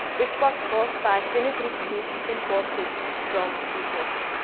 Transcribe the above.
which was caused by fenugreek seeds imported from egypt.